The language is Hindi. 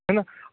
है ना